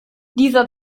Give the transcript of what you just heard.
dieser